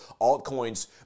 Altcoins